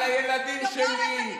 על הילדים שלי.